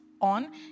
on